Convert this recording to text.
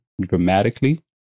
dramatically